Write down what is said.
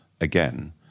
again